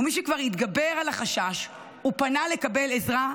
ומי שכבר התגבר על החשש ופנה לקבל עזרה,